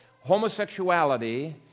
homosexuality